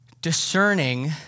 Discerning